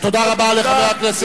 תודה רבה לחבר הכנסת,